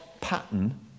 pattern